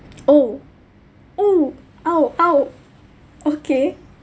oh !ow! !aww! !aww! okay